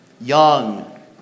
young